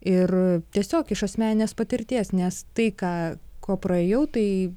ir tiesiog iš asmeninės patirties nes tai ką ko praėjau tai